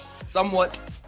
Somewhat